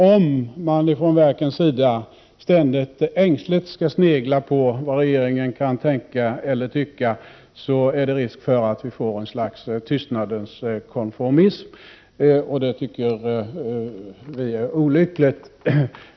Om man från verkens sida ständigt ängsligt skall snegla på vad regeringen kan tänka eller tycka, är det risk för att vi får ett slags tystnadens konformism. Det tycker vi är olyckligt.